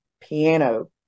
Piano